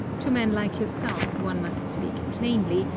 to men like yourself one must speak plainly,